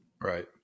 Right